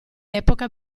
epoca